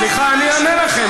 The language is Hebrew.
סליחה, אני אענה לכם,